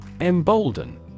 Embolden